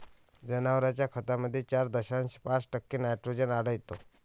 जनावरांच्या खतामध्ये चार दशांश पाच टक्के नायट्रोजन आढळतो